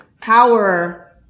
power